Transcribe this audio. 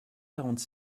quarante